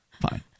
fine